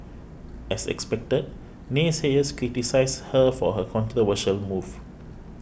as expected naysayers criticised her for her controversial move